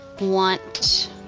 want